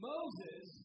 Moses